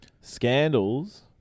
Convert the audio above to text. Scandals